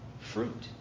fruit